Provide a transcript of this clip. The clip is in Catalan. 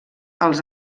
els